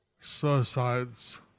suicides